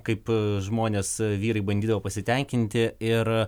kaip žmonės vyrai bandydavo pasitenkinti ir